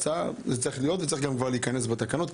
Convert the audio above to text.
זה צריך להיות וכבר צריך להיכנס לתקנות.